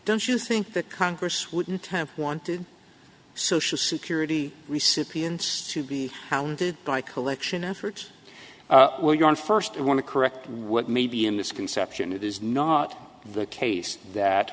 don't you think the congress wouldn't have wanted social security recipients to be hounded by collection efforts will you on first want to correct what may be in this conception it is not the case that